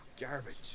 garbage